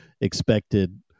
expected